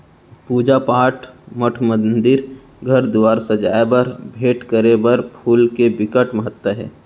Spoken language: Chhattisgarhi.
पूजा पाठ, मठ मंदिर, घर दुवार सजाए बर, भेंट करे बर फूल के बिकट महत्ता हे